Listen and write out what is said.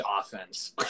offense